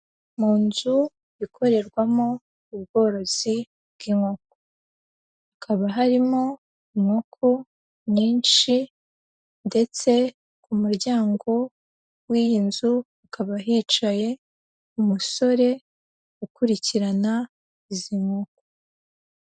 Mu nzu ikorerwamo ubworozi bw'inkoko hakaba harimo inkoko nyinshi ndetse ku muryango w'iyi nzu ukaba hicaye umusore ukurikirana izi nkoko.